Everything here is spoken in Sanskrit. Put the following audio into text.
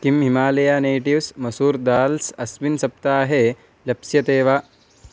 किं हिमालया नेटिव्स् मसूर् दाल्स् अस्मिन् सप्ताहे लप्स्यते वा